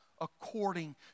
according